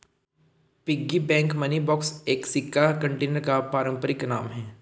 piggy bank money box एक सिक्का container का पारंपरिक नाम है